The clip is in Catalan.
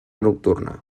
nocturna